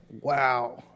wow